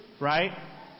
right